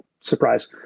surprise